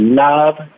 love